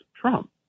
Trump